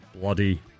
bloody